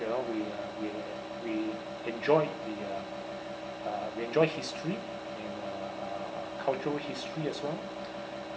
you know we uh we we enjoyed the uh we enjoyed history uh cultural history as well